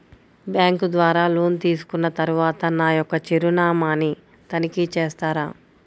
Bank ద్వారా loan తీసుకున్న తరువాత నా యొక్క చిరునామాని తనిఖీ చేస్తారా?